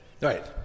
Right